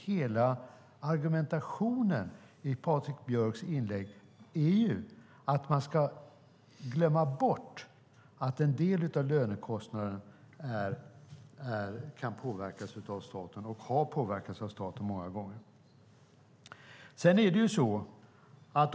Hela argumentationen i Patrik Björcks inlägg är att man ska glömma bort att en del av lönekostnaden kan påverkas, och har många gånger påverkats, av staten.